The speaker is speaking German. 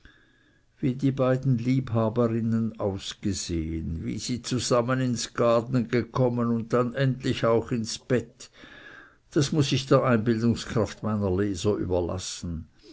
wie die beiden liebhaberinnen ausgesehen wie sie zusammen ins gaden gekommen und dann endlich auch ins bett das muß ich der einbildungskraft meiner leser überlassen